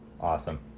Awesome